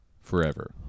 forever